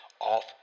off